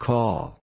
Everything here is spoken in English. Call